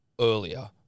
earlier